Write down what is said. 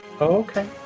Okay